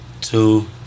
two